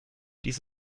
dies